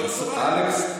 אדוני,